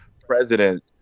president